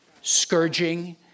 scourging